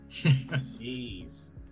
Jeez